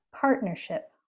partnership